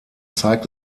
zeigt